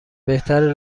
بهتره